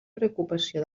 preocupació